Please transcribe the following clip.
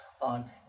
on